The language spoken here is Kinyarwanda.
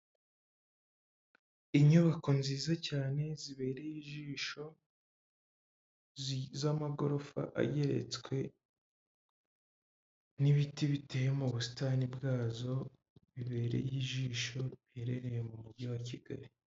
Inyubako nziza cyane zibereye ijisho z'amagorofa ageretswe n'ibiti biteye mu busitani bwazo bibereye ijisho riherereye mu mujyi wa Kigali.